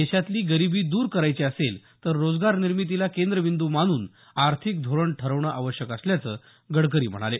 देशातली गरीबी दर करायची असेल तर रोजगार निर्मितीला केंद्रबिंद मानून आर्थिक धोरण ठरवणं आवश्यक असल्याचं गडकरी म्हणाले